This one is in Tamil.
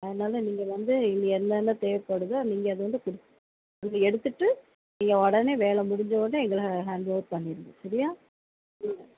அதனாலே நீங்கள் வந்து இங்கே என்னென்ன தேவைப்படுதோ நீங்கள் அதை வந்து குடுத்த நீங்கள் எடுத்துகிட்டு நீங்கள் உடனே வேலை முடிஞ்சவோடனே எங்களை ஹாண்ட்ஓவர் பண்ணிடுங்க சரியா